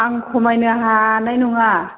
आं खमायनो हानाय नङा